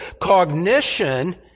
cognition